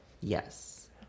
yes